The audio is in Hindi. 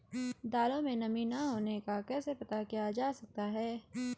दालों में नमी न होने का कैसे पता किया जा सकता है?